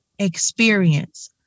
Experience